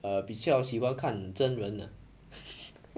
err 比较喜欢看真人 lah